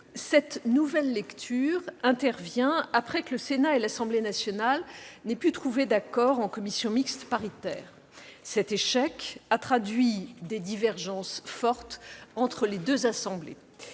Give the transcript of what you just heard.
Cette nouvelle lecture intervient après que le Sénat et l'Assemblée nationale n'ont pu trouver d'accord en commission mixte paritaire. Cet échec a traduit des divergences fortes entre les deux assemblées.